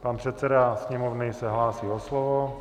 Pan předseda Sněmovny se hlásí o slovo.